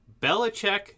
Belichick